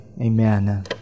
Amen